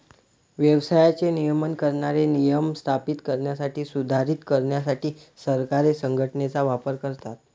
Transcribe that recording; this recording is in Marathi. व्यवसायाचे नियमन करणारे नियम स्थापित करण्यासाठी, सुधारित करण्यासाठी सरकारे संघटनेचा वापर करतात